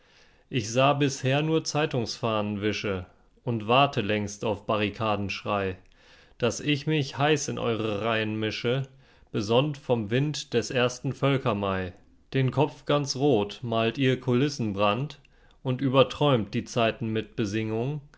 ich sah bisher nur zeitungsfahnenwische und warte längst auf barrikadenschrei daß ich mich heiß in eure reihen mische besonnt vom wind des ersten völkermai den kopf ganz rot malt ihr kulissenbrand und überträumt die zeiten mit besingung